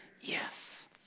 Yes